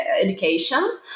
education